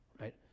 right